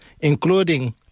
including